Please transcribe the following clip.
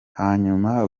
hanyuma